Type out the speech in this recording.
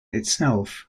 itself